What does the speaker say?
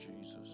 Jesus